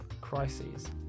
Crises